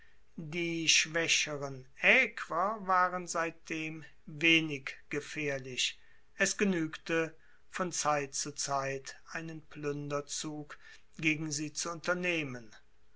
die schwaecheren aequer waren seitdem wenig gefaehrlich es genuegte von zeit zu zeit einen pluenderzug gegen sie zu unternehmen